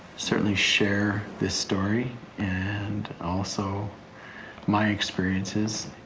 certainly share this story and also my experiences.